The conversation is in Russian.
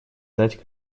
дать